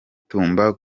tumba